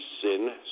sin